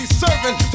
serving